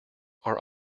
are